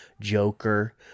Joker